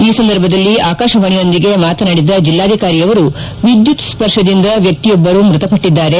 ಈ ಸಂದರ್ಭದಲ್ಲಿ ಆಕಾಶವಾಣಿಯೊಂದಿಗೆ ಮಾತನಾಡಿದ ಜಿಲ್ಲಾಧಿಕಾರಿಯವರು ವಿದ್ಯುತ್ ಸ್ವರ್ಶದಿಂದ ವ್ಯಕ್ತಿಯೊಬ್ಬರು ಮೃತಪಟ್ಟಿದ್ದಾರೆ